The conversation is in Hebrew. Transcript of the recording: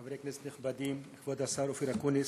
חברי כנסת נכבדים, כבוד השר אופיר אקוניס,